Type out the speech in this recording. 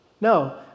No